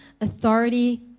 authority